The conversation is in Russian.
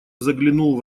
заглянул